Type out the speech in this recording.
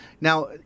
Now